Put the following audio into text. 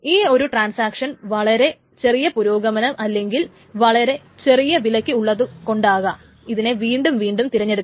ഈ ഒരു ട്രാൻസാക്ഷൻ വളരെ ചെറിയ പുരോഗമനം അല്ലെങ്കിൽ വളരെ ചെറിയ വിലയ്ക്ക് ഉള്ളതുകൊണ്ടാകാം ഇതിനെ വീണ്ടും വീണ്ടും തെരഞ്ഞെടുക്കുന്നത്